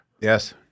yes